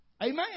Amen